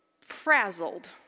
frazzled